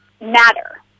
matter